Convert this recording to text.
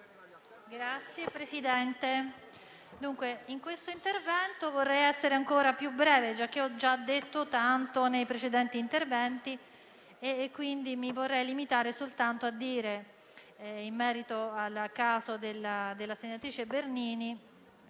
Signor Presidente, in questo intervento vorrei essere ancora più breve, giacché ho già detto tanto nei precedenti interventi. Mi vorrei limitare soltanto a dire, in merito al caso della senatrice Bernini,